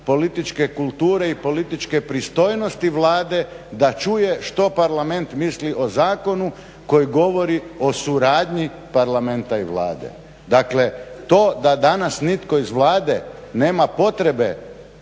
političke kulture i političke pristojnosti Vlade da čuje što Parlament misli o zakonu koji govori o suradnji Parlamenta i Vlade. Dakle, to da danas nitko iz Vlade nema potrebe